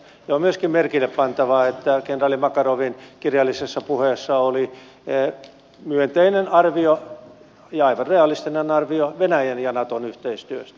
on myöskin merkille pantavaa että kenraali makarovin kirjallisessa puheessa oli myönteinen arvio ja aivan realistinen arvio venäjän ja naton yhteistyöstä